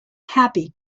happy